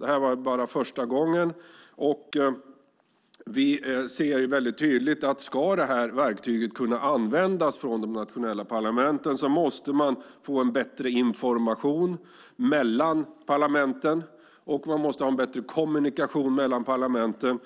Detta är ju första gången, och vi ser tydligt att om de nationella parlamenten ska kunna använda detta verktyg måste man få bättre information och kommunikation mellan parlamenten.